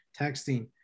texting